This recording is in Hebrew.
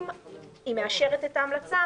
אם היא מאשרת את ההמלצה,